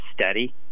steady